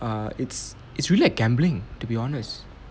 err it's it's really like gambling to be honest